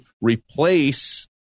replace